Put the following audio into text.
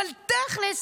אבל תכלס,